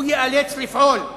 הוא ייאלץ לפעול.